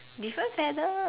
different feather